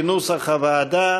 כנוסח הוועדה.